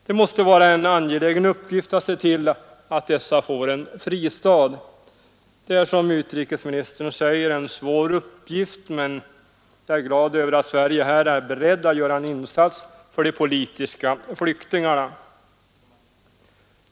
Det måste vara en angelägen uppgift att se till att dessa får en fristad. Det är, som utrikesministern säger, en svår uppgift, men jag är glad över att Sverige här är berett att göra en insats för de politiska flyktingarna.